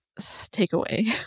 takeaway